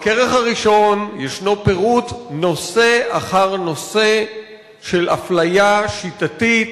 בכרך הראשון ישנו פירוט: נושא אחר נושא של אפליה שיטתית,